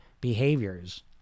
behaviors